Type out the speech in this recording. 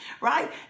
Right